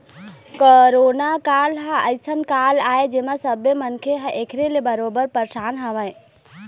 corona काल ह अइसन काल आय जेमा सब्बे मनखे ह ऐखर ले बरोबर परसान हवय